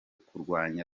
kurwanya